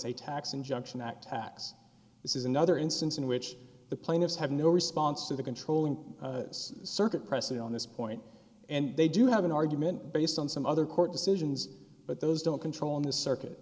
a tax injunction act tax this is another instance in which the plaintiffs have no response to the controlling circuit precedent on this point and they do have an argument based on some other court decisions but those don't control the circuit